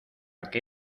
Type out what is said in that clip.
qué